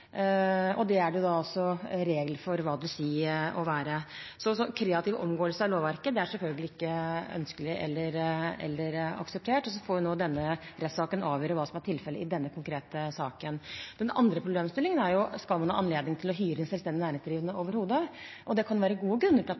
Det er regler for hva det vil si å være det. Kreativ omgåelse av lovverket er selvfølgelig ikke ønskelig eller akseptert. Så får denne rettssaken avgjøre hva som er tilfellet i denne konkrete saken. Den andre problemstillingen er: Skal man overhodet ha anledning til å hyre selvstendig næringsdrivende? Det kan være gode grunner til at man fra tid til annen gjør det. Det kan være at man har ansatte med spesialkompetanse på smale diagnoser eller smale problemstillinger, at